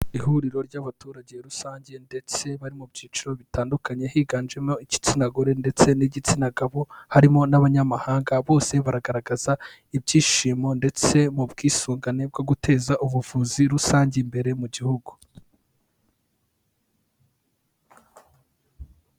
Ihuriro ry'abaturage rusange ndetse bari mu byiciro bitandukanye, higanjemo igitsina gore ndetse n'igitsina gabo, harimo n'abanyamahanga, bose baragaragaza ibyishimo ndetse mu bwisungane bwo guteza ubuvuzi rusange, imbere mu gihugu.